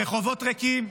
הרחובות ריקים,